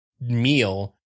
meal